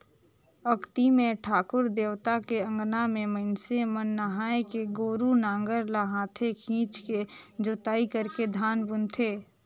अक्ती मे ठाकुर देवता के अंगना में मइनसे मन नहायके गोरू नांगर ल हाथे खिंचके जोताई करके धान बुनथें